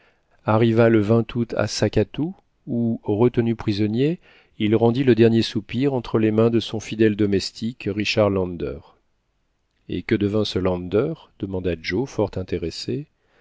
arriva le août à sakcatou où retenu prisonnier il rendit le dernier soupir entre les mains de son fidèle domestique richard lander et que devint ce lander demanda joe fort intéressé